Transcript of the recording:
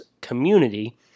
community